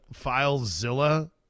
FileZilla